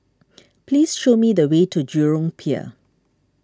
please show me the way to Jurong Pier